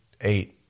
eight